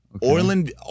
Orland